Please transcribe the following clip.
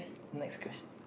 next question